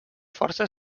força